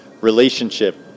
relationship